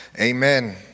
Amen